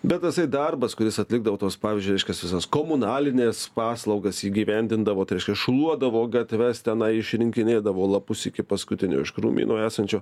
bet tasai darbas kuris atlikdavo tos pavyzdžiui reiškias visas komunalines paslaugas įgyvendindavo tai reiškias šluodavo gatves tenai išrinkinėdavo lapus iki paskutinio iš krūmyno esančio